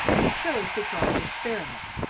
he chose to try an experiment.